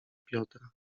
piotra